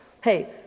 Hey